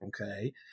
okay